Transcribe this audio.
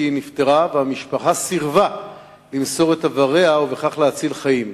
כי לצערנו היא נפטרה והמשפחה סירבה למסור את איבריה ובכך להציל חיים.